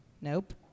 Nope